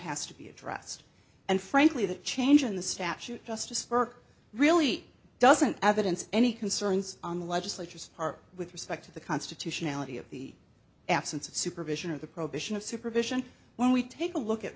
has to be addressed and frankly the change in the statute just a spur really doesn't evidence any concerns on legislatures part with respect to the constitutionality of the absence of supervision or the prohibition of supervision when we take a look at